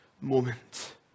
moment